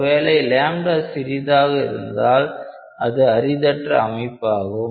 ஒருவேளை λ சிறியதாக இருந்தால் அது அரிதற்ற அமைப்பாகும்